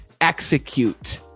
execute